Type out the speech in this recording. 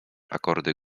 akordy